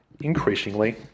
increasingly